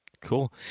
Cool